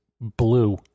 blue